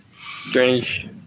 Strange